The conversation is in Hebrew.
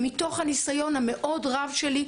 מתוך הניסיון המאוד רב שלי,